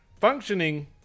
functioning